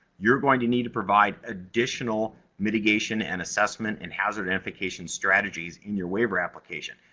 you're going to need to provide additional mitigation, and assessment, and hazard identification strategies in your waiver application.